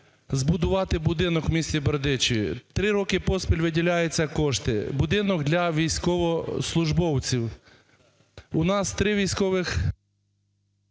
збудувати будинок в місті Бердичеві. Три роки поспіль виділяються кошти, будинок для військовослужбовців. У нас три військових…